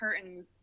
curtains